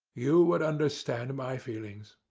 you would understand my feelings.